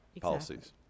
policies